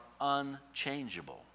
unchangeable